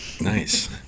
Nice